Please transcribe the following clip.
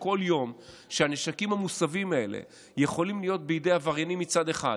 שכל יום הנשקים המוסבים האלה יכולים להיות בידי עבריינים מצד אחד